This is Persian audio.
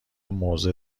موضع